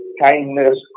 Kindness